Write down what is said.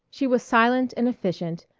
she was silent and efficient,